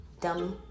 Dummy